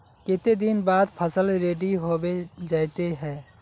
केते दिन बाद फसल रेडी होबे जयते है?